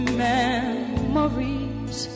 memories